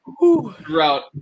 throughout